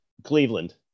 Cleveland